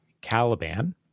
Caliban